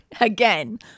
again